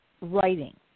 writing